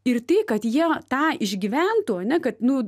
ir tai kad jie tą išgyventų ane kad nu